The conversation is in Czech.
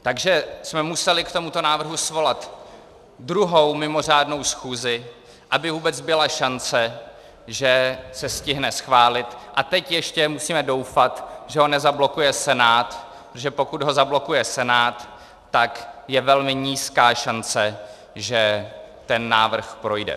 Takže jsme museli k tomuto návrhu svolat druhou mimořádnou schůzi, aby vůbec byla šance, že se stihne schválit, a teď ještě musíme doufat, že ho nezablokuje Senát, protože pokud ho zablokuje Senát, tak je velmi nízká šance, že ten návrh projde.